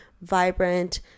vibrant